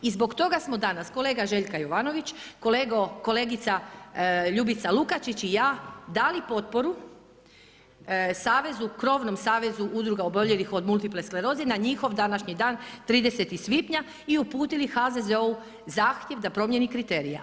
I zbog toga smo danas kolega Željko Jovanović, kolegica Ljubica Lukačić i ja dali potporu krovnom savezu udruga oboljelih od multiple skleroze na njihov današnji dan 30. svibnja i uputili HZZO-u zahtjev da promjeni kriterije.